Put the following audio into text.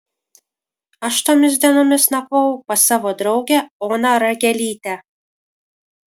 aš tomis dienomis nakvojau pas savo draugę oną ragelytę